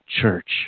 church